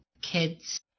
kids